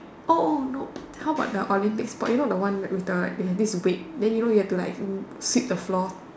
oh oh no how about the Olympic sports you know the one with the they have this weight then you know you have to like sweep the floor